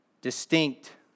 distinct